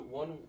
one